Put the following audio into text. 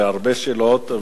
להרבה שאלות,